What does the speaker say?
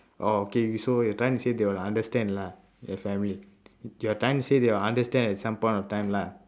oh okay you so you're trying to say they will understand lah your family you're trying to say they will understand at some point of time lah